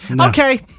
Okay